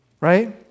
Right